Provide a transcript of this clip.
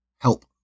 help